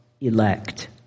elect